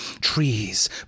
Trees